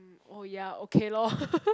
mm oh ya okay lor